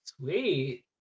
Sweet